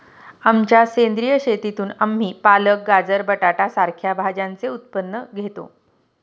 आमच्या सेंद्रिय शेतीतून आम्ही पालक, गाजर, बटाटा सारख्या भाज्यांचे उत्पन्न घेतो